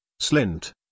Slint